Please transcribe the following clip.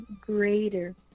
greater